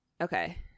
Okay